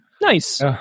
Nice